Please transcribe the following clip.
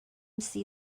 see